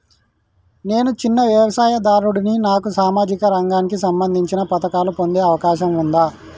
నేను చిన్న వ్యవసాయదారుడిని నాకు సామాజిక రంగానికి సంబంధించిన పథకాలు పొందే అవకాశం ఉందా?